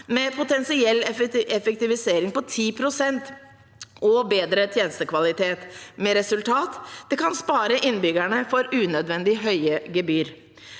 med potensiell effektivisering på 10 pst. og bedre tjenestekvalitet, med det resultat at det kan spare innbyggerne for unødvendig høye gebyrer.